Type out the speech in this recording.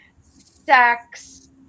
sex